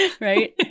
right